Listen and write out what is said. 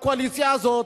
הקואליציה הזאת,